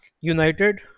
United